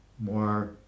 more